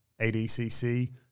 ADCC